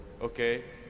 okay